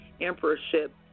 emperorship